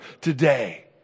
today